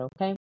Okay